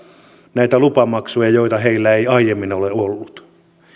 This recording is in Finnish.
näitä lupamaksuja joita heillä ei aiemmin ole ollut